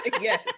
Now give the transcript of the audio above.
yes